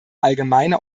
allgemeine